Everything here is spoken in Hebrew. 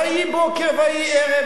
ויהי בוקר ויהי ערב,